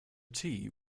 tea